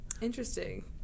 Interesting